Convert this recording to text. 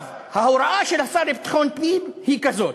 ההוראה של השר לביטחון פנים היא כזאת.